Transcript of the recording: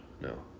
No